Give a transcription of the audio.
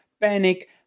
panic